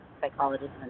psychologist